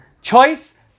Choice